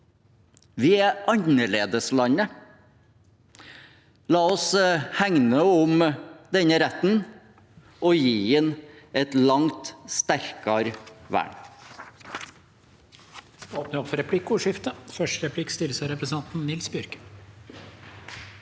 Vi er annerledeslandet. La oss hegne om denne retten og gi den et langt sterkere vern.